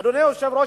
אדוני היושב-ראש,